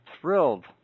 thrilled